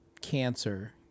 cancer